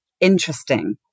interesting